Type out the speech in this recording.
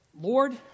Lord